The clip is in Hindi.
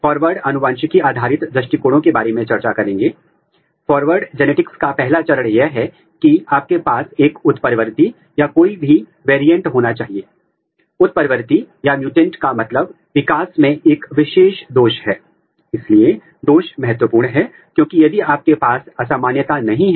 ऊतक अनुभाग में हम पहले ऊतक को ठीक करते हैं और फिर 8 माइक्रोन या 10 माइक्रोन मोटाई के एक क्रॉस सेक्शन बनाते हैं और फिर जीन विशिष्ट प्रोब के साथ उस क्रॉस सेक्शन को प्रोब करते हैं